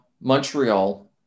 montreal